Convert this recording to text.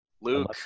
luke